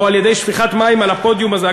או על-ידי שפיכת מים על הפודיום הזה,